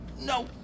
no